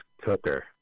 cooker